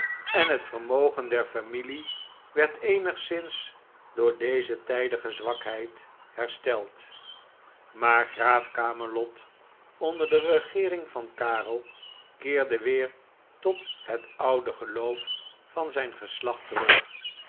en het vermogen der familie werd eenigszins door deze tijdige zwakheid hersteld maar graaf camelot onder de regeering van karel keerde weer tot het oude geloof van zijn geslacht terug